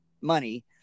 money